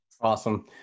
Awesome